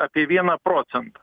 apie vieną procent